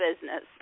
business